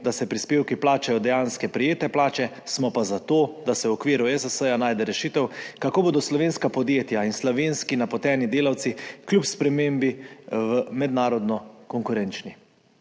da se prispevki plačajo od dejansko prejete plače, smo pa za to, da se v okviru ESS najde rešitev, kako bodo slovenska podjetja in slovenski napoteni delavci kljub spremembi mednarodno konkurenčni.